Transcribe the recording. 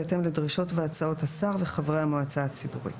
בהתאם לדרישות והצעות השר וחברי המועצה הציבורית.